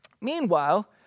Meanwhile